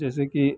जैसे कि